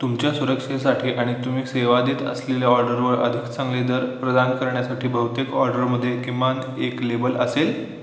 तुमच्या सुरक्षेसाठी आणि तुम्ही सेवा देत असलेल्या ऑर्डरवर अधिक चांगले दर प्रदान करण्यासाठी बहुतेक ऑर्डरमध्ये किमान एक लेबल असेल